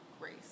grace